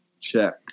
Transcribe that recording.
check